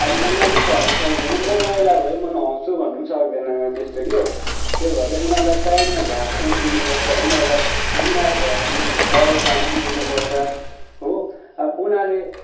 अब उनीहरूले पनि भन्नु सक्दैन म मैला भए म नुहाउँछु भन्न पनि सक्दैन त्यस्तो क्या त्यो भएर उनीहरूलाई टाइममा घाँस पनि दिनुपर्छ उनीहरूलाई बिमार भयो भने दवाई पानी पनि दिनुपर्छ हो अब उनीहरूले